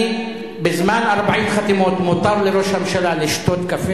אני רוצה להעיר לראש הממשלה שמותר לו,